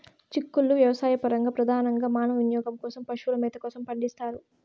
చిక్కుళ్ళు వ్యవసాయపరంగా, ప్రధానంగా మానవ వినియోగం కోసం, పశువుల మేత కోసం పండిస్తారు